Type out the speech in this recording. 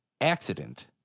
accident